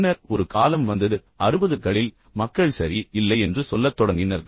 பின்னர் ஒரு காலம் வந்தது 60 களில் மக்கள் சரி இல்லை என்று சொல்லத் தொடங்கினர்